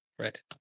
right